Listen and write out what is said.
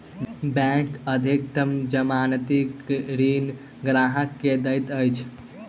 bank अधिकतम जमानती ऋण ग्राहक के दैत अछि